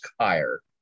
higher